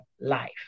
life